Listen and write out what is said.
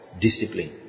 discipline